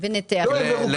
--- וניתח אותם.